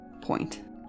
point